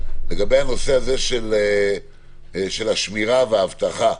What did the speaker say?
לגבי הנושא של השמירה והאבטחה,